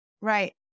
Right